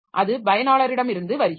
அது பயனாளரிடமிருந்து வருகிறது